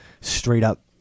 straight-up